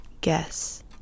Guess